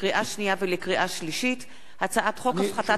לקריאה שנייה ולקריאה שלישית: הצעת חוק הפחתת